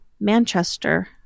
Manchester